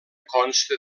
consta